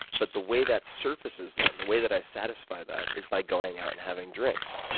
but the way that surfaces then the way that i satisfy that is by going out and having drinks.